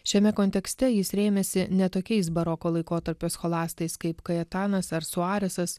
šiame kontekste jis rėmėsi ne tokiais baroko laikotarpio scholastais kaip kajetanas ar suarisas